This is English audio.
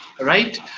Right